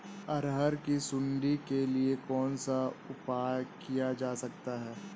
अरहर की सुंडी के लिए कौन सा उपाय किया जा सकता है?